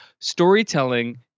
storytelling